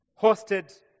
hosted